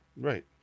Right